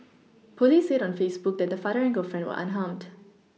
police said on Facebook that the father and girlfriend were unharmed